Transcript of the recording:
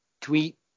tweet